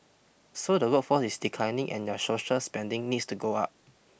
so the workforce is declining and your social spending needs to go up